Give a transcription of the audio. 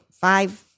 five